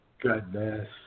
goodness